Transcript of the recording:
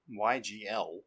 YGL